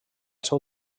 seu